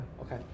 Okay